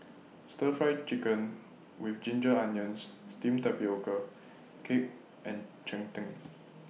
Stir Fry Chicken with Ginger Onions Steamed Tapioca Cake and Cheng Tng